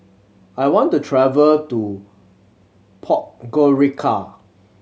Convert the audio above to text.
I want to travel to Podgorica